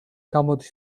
გამოდის